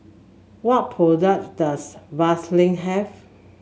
what product does Vaselin have